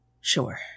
Sure